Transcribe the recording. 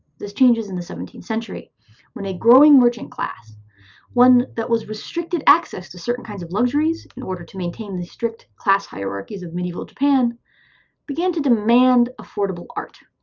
this changes in the seventeenth century when a growing merchant class one that was restricted access to certain kinds of luxuries in order to maintain the strict class hierarchies of medieval japan began to demand affordable art.